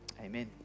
Amen